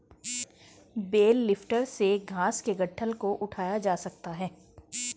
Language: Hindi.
बेल लिफ्टर से घास के गट्ठल को उठाया जा सकता है